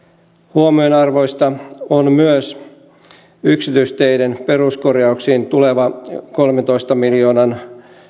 huomionarvoista on myös yksityisteiden peruskorjauksiin tuleva kolmentoista miljoonan